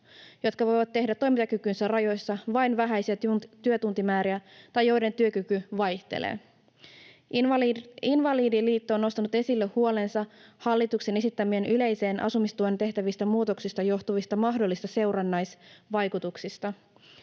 jotka voivat tehdä toimintakykynsä rajoissa vain vähäisiä työtuntimääriä tai joiden työkyky vaihtelee. Invalidiliitto on nostanut esille huolensa hallituksen esittämistä yleiseen asumistukeen tehtävistä muutoksista johtuvista mahdollisista seurannaisvaikutuksista.